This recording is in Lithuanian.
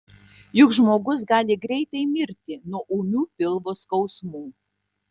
juk žmogus gali greitai mirti nuo ūmių pilvo skausmų